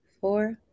four